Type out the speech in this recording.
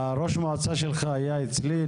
ראש המועצה שלך היה אצלי,